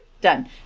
done